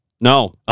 No